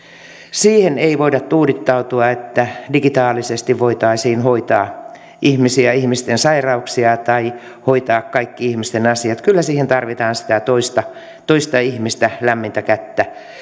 siihen ei voida tuudittautua että digitaalisesti voitaisiin hoitaa ihmisiä ihmisten sairauksia tai hoitaa kaikki ihmisten asiat kyllä siihen tarvitaan sitä toista ihmistä lämmintä kättä